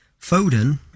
Foden